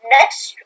Next